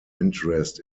interest